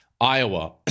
Iowa